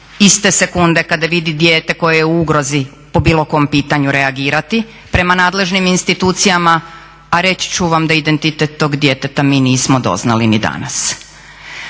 iste sekunde kada vidi dijete koje je u ugrozi po bilo kom pitanju reagirati prema nadležnim institucijama, a reći ću vam da identitet tog djeteta mi nismo doznali ni danas.